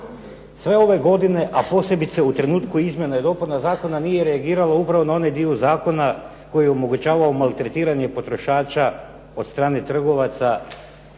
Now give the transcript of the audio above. sve ove godine a posebice u trenutku izmjena i dopuna zakona nije reagirala upravo na onaj dio zakona koji je omogućavao maltretiranje potrošača od strane trgovaca